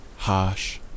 Harsh